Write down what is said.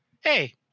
hey